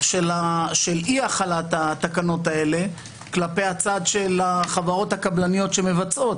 של אי החלת התקנות האלה כלפי הצד של החברות הקבלניות שמבצעות.